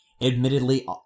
admittedly